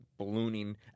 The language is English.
Ballooning